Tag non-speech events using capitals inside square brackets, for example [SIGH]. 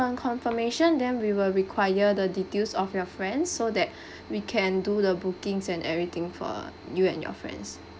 upon confirmation then we will require the details of your friends so that [BREATH] we can do the bookings and everything for you and your friends